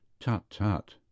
Tut-tut